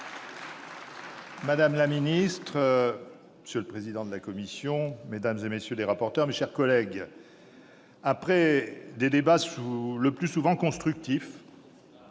madame la ministre, monsieur le président de la commission, mesdames, messieurs les rapporteurs, mes chers collègues, après les débats le plus souvent constructifs